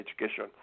education